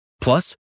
Plus